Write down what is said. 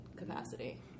capacity